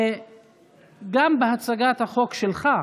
חבר הכנסת עופר כסיף.